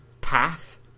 path